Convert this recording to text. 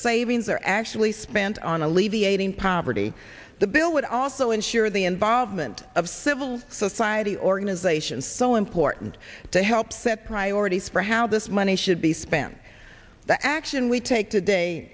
savings are actually spent on alleviating poverty the bill would also ensure the involvement of civil society organizations so important to help set priorities for how this money should be spent the action we take t